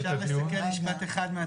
אפשר לסכם במשפט אחד מהצד שלנו?